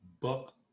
buck